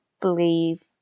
believe